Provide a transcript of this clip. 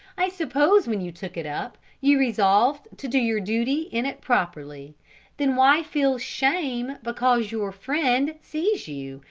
i suppose when you took it up, you resolved to do your duty in it properly then why feel shame because your friend sees you,